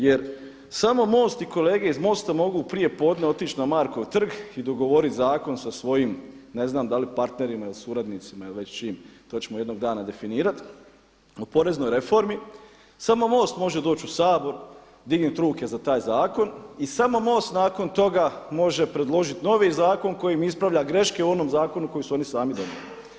Jer samo MOST i kolege iz MOST-a mogu prijepodne otići na Markov trg i dogovoriti zakon sa svojim, ne znam da li partnerima ili suradnicima ili već čim to ćemo jednog dana definirati o poreznoj reformi, samo MOST može doći u Sabor dignuti ruke za taj zakon i samo MOST nakon toga može predložiti novi zakon kojim ispravlja greške u onom zakonu koji su oni sami donijeli.